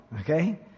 okay